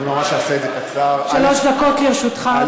שלוש דקות לרשותך.